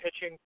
pitching